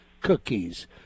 cookies